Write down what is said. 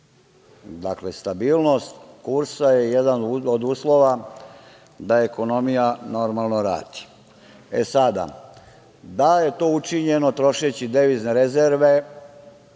Dakle, stabilnost kursa je jedan od uslova da ekonomija normalno radi.E sada, da je to učinjeno trošeći devizne rezerve